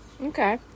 Okay